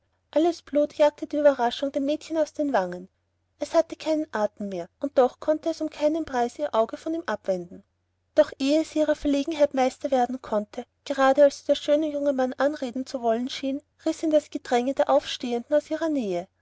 alles blut jagte die überraschung dem mädchen aus den wangen es hatte keinen atem mehr und doch konnte es um keinen preis ihr auge wieder von ihm abwenden doch ehe sie noch ihrer verlegenheit meister werden konnte gerade als sie der schöne junge mann anreden zu wollen schien riß ihn das gedränge der aufstehenden aus ihrer nähe